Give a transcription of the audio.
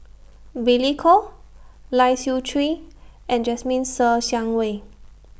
Billy Koh Lai Siu Chiu and Jasmine Ser Xiang Wei